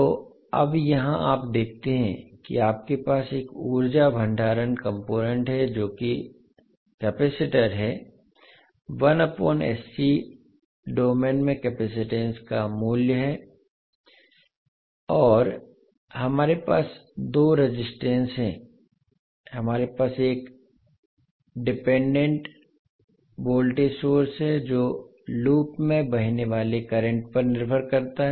तो अब यहाँ आप देखते हैं कि आपके पास एक ऊर्जा भंडारण कॉम्पोनेन्ट है जो कि संधारित्र है डोमेन में केपेसिटंस का वैल्यू है और हमारे पास 2 रेजिस्टेंस हैं हमारे पास एक निर्भर वोल्टेज सोर्स है जो लूप में बहने वाले करंट पर निर्भर करता है